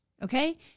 Okay